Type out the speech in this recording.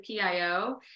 PIO